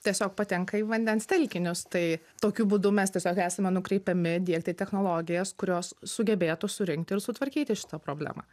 tiesiog patenka į vandens telkinius tai tokiu būdu mes tiesiog esame nukreipiami diegti technologijas kurios sugebėtų surinkti ir sutvarkyti šitą problemą